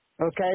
okay